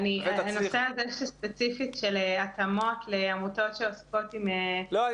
הנושא הזה ספציפית של התאמות לעמותות שעוסקות עם ילדים --- לא,